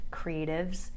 creatives